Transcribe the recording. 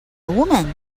woman